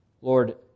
Lord